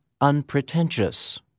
unpretentious